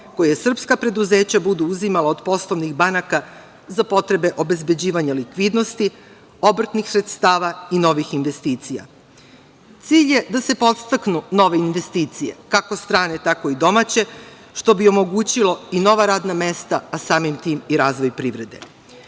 koje srpska preduzeća budu uzimala od poslovnih banaka za potrebe obezbeđivanja likvidnosti, obrtnih sredstava i novih investicija. Cilj je da se podstaknu nove investicije, kako strane, tako i domaće, što bi omogućilo i nova radna mesta, a samim tim i razvoj privrede. Treba